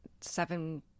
seven-